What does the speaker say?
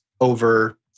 over